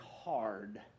hard